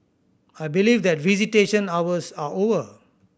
I believe that visitation hours are over